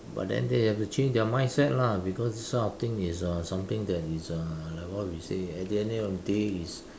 but then they have to change their mindset lah because this type of things is uh something that is uh like what we say at the end of the day is